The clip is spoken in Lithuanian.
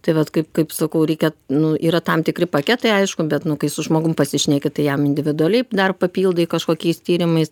tai vat kaip kaip sakau reikia nu yra tam tikri paketai aišku bet nu kai su žmogum pasišneki tai jam individualiai dar papildai kažkokiais tyrimais